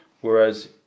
Whereas